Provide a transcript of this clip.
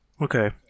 Okay